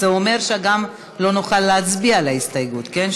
זה אומר שגם לא נוכל להצביע על ההסתייגות, כן?